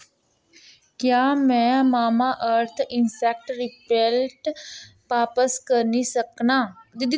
क्या में Mamaearth insect repellent बापस करी नी सकना